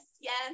Yes